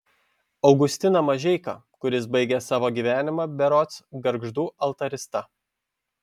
augustiną mažeiką kuris baigė savo gyvenimą berods gargždų altarista